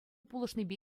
пулӑшнипе